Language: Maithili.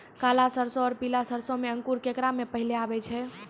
काला सरसो और पीला सरसो मे अंकुर केकरा मे पहले आबै छै?